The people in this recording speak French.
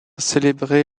célébré